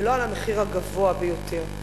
ולא על המחיר הגבוה ביותר,